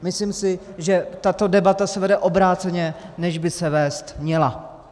Myslím si, že tato debata se vede obráceně, než by se vést měla.